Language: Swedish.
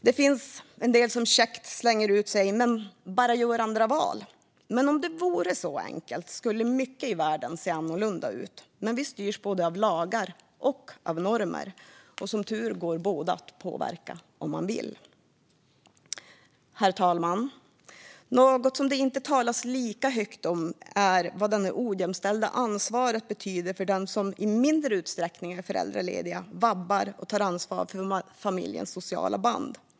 Det finns en del som käckt slänger ur sig: "Gör bara andra val!" Om det vore så enkelt skulle mycket i världen se annorlunda ut. Men vi styrs av både lagar och normer. Som tur är går båda att påverka - om man vill. Herr talman! Något som det inte talas lika högt om är vad det ojämställda ansvaret betyder för dem som i mindre utsträckning är föräldralediga, vabbar och tar ansvar för familjens sociala band.